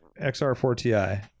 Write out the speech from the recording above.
xr4ti